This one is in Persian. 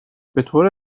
بطور